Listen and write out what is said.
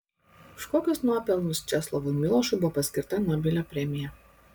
už kokius nuopelnus česlovui milošui buvo paskirta nobelio premija